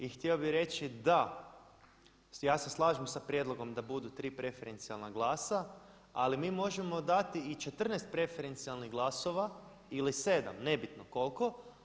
I htio bih reći da, ja se slažem sa prijedlogom da budu tri preferencijalna glasa ali mi možemo dati i 14 preferencijalnih glasova ili 7, nebitno koliko.